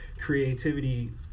creativity